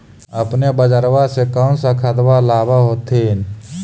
अपने बजरबा से कौन सा खदबा लाब होत्थिन?